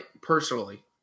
personally